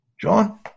John